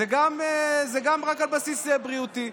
גם זה רק על בסיס בריאותי.